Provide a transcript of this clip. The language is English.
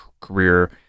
career